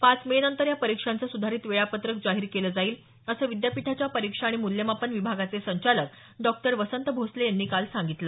पाच मे नंतर या परीक्षांचं सुधारित वेळापत्रक जाहीर केलं जाईल असं विद्यापीठाच्या परीक्षा आणि मूल्यमापन विभागाचे संचालक डॉक्टर वसंत भोसले यांनी काल सांगितलं